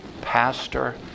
pastor